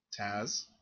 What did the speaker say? Taz